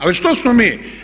Ali što smo mi?